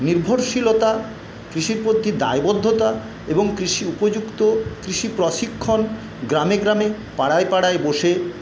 নির্ভরশীলতা কৃষির প্রতি দায়বদ্ধতা এবং কৃষি উপযুক্ত কৃষি প্রশিক্ষণ গ্রামে গ্রামে পাড়ায় পাড়ায় বসে